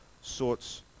sorts